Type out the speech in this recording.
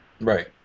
Right